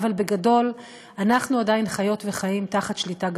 אבל בגדול אנחנו עדיין חיות וחיים תחת שליטה גברית,